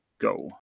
go